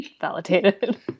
validated